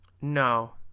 No